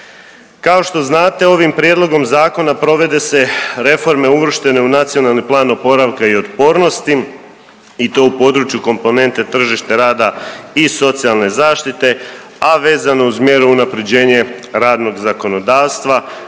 Kao što znate ovim prijedlogom zakona provode se reforme uvrštene u Nacionalni plan oporavka i otpornosti i to u području komponente tržište rada i socijalne zaštite, a vezano uz mjeru unapređenje radnog zakonodavstva